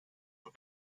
for